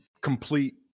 complete